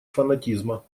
фанатизма